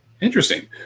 interesting